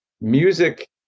music